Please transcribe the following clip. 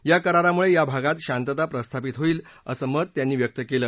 या करारामुळे या भागात शांतता प्रस्थापित होईल असं मत त्यांनी व्यक्त केलं